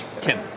Tim